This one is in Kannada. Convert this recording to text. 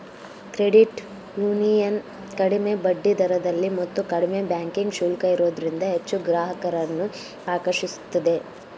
ಕ್ರೆಡಿಟ್ ಯೂನಿಯನ್ ಕಡಿಮೆ ಬಡ್ಡಿದರದಲ್ಲಿ ಮತ್ತು ಕಡಿಮೆ ಬ್ಯಾಂಕಿಂಗ್ ಶುಲ್ಕ ಇರೋದ್ರಿಂದ ಹೆಚ್ಚು ಗ್ರಾಹಕರನ್ನು ಆಕರ್ಷಿಸುತ್ತಿದೆ